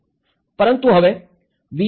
પરંતુ હવે વી